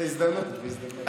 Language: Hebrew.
בהזדמנות.